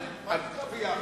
מה זה נקרא ביחד?